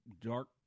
dark